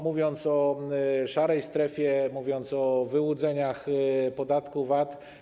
Mówiąc o szarej strefie, mówiąc o wyłudzeniach podatku VAT.